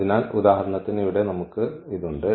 അതിനാൽ ഉദാഹരണത്തിന് ഇവിടെ നമുക്ക് ഇത് ഉണ്ട്